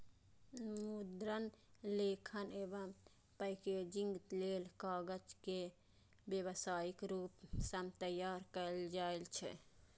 मुद्रण, लेखन एवं पैकेजिंग लेल कागज के व्यावसायिक रूप सं तैयार कैल जाइ छै